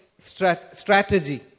strategy